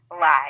live